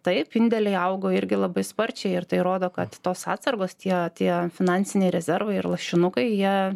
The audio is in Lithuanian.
taip indėliai augo irgi labai sparčiai ir tai rodo kad tos atsargos tie tie finansiniai rezervai ir lašinukai jie